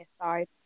side